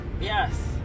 Yes